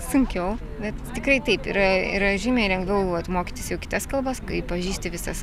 sunkiau bet tikrai taip yra yra žymiai lengviau vat mokytis jau tas kalbas kai pažįsti visas